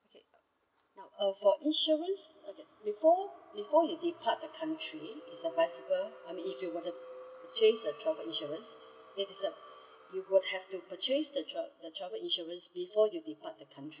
okay now uh for insurance okay before before you depart the country it's advisable I mean if you were to purchase the travel insurance you will have to purchase the tra~ the travel insurance before you depart the country